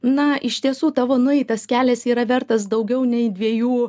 na iš tiesų tavo nueitas kelias yra vertas daugiau nei dviejų